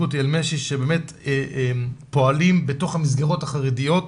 קותי אלמשי שבאמת פועלים בתוך המסגרות החרדיות,